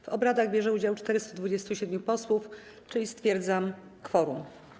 W obradach bierze udział 427 posłów, czyli stwierdzam kworum.